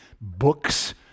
books